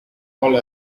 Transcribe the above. all